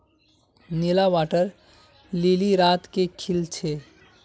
नीला water lily रात के खिल छे